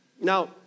Now